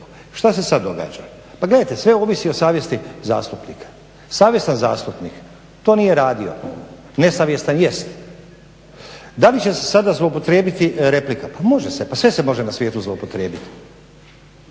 Šta se sada događa? Pa gledajte, sve ovisi o savjesti zastupnika. Savjestan zastupnik to nije radio, nesavjestan jest. Da li će se sada zloupotrijebiti replika? Pa može se, pa sve se može na svijetu zloupotrijebiti,